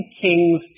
Kings